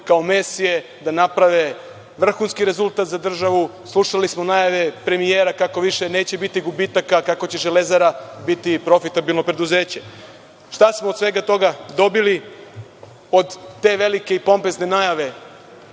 kao mesije da naprave vrhunski rezultat za državu. Slušali smo najave premijera kako više neće biti gubitaka, kako će „Železara“ biti profitabilno preduzeće. Šta smo od svega toga dobili, od te velike i pompezne najave